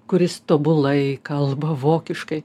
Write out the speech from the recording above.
kuris tobulai kalba vokiškai